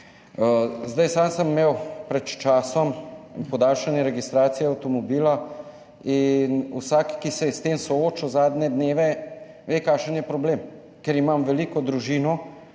res. Sam sem imel pred časom podaljšanje registracije avtomobila. Vsak, ki se je s tem soočil zadnje dneve, ve, kakšen je problem. Ker imam veliko družino,